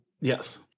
Yes